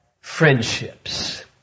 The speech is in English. Friendships